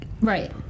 Right